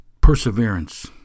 perseverance